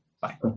bye